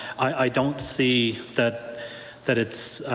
i don't see that that it's,